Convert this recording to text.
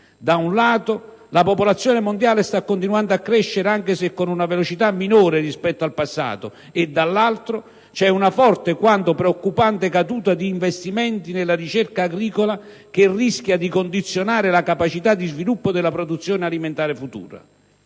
Da un lato, la popolazione mondiale sta continuando a crescere anche se con una velocità minore rispetto al passato e, dall'altro, c'è una forte quanto preoccupante caduta di investimenti nella ricerca agricola che rischia di condizionare la capacità di sviluppo della produzione alimentare futura.